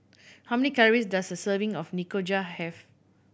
how many calories does a serving of Nikujaga have